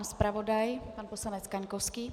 Zpravodaj pan poslanec Kaňkovský.